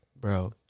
Bro